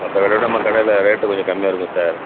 மற்ற கடையை விட நம்ம கடையில் ரேட்டு கொஞ்சம் கம்மியாக இருக்கும் சார்